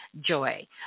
joy